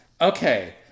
Okay